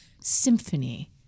symphony